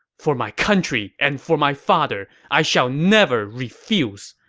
for my country and for my father, i shall never refuse!